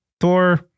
Thor